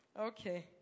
Okay